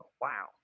wow